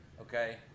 okay